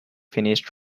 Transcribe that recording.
finished